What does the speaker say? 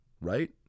right